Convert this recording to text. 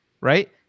right